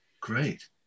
Great